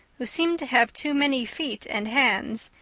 who seemed to have too many feet and hands,